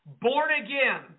born-again